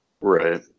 right